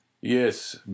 Yes